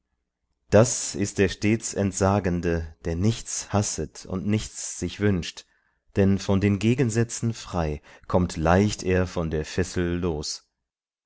das ist der stets entsagende der nichts hasset und nichts sich wünscht denn von den gegensätzen frei kommt leicht er von der fessel los